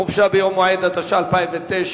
חופשה ביום מועד), התש"ע 2009?